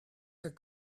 their